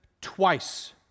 twice